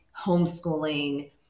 homeschooling